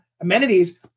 amenities